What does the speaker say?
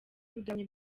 bigabanya